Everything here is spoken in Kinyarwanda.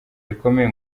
rikomeye